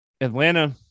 Atlanta